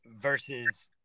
versus